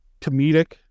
comedic